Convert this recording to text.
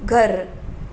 घरु